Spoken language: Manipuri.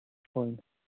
ꯍꯣꯏꯅꯦ